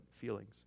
feelings